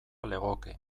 legoke